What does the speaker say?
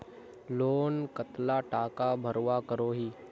Loan कतला टाका भरवा करोही?